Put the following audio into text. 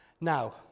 Now